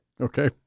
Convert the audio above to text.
Okay